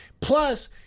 Plus